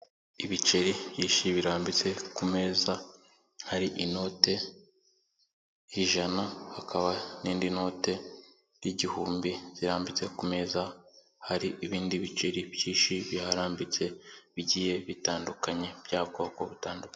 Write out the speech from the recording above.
Ibiceri byinshi birambitse ku meza hari inote ijana hakaba n'indi note y'igihumbi zirambitse ku meza, hari ibindi biceri byinshi biharambitse bigiye bitandukanye by'ubwoko butandukanye.